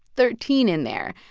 thirteen in there.